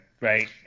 right